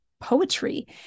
poetry